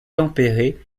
tempéré